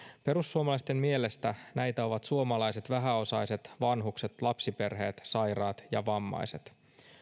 perussuomalaisten mielestä näitä ovat suomalaiset vähäosaiset vanhukset lapsiperheet sairaat ja vammaiset